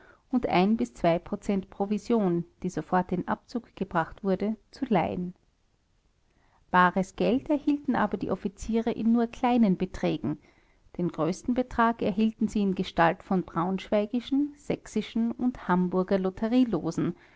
und ein zwei prozent provision die sofort in abzug gebracht wurde zu leihen bares geld erhielten aber die offiziere in nur kleinen beträgen den größten betrag erhielten sie in gestalt von braunschweigischen sächsischen und hamburger